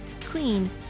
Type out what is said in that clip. clean